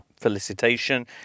felicitation